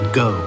go